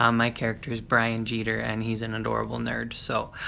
um my character is brian jeeter and he's an adorable nerd, so.